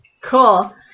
Cool